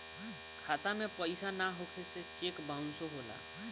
खाता में पइसा ना होखे से चेक बाउंसो होला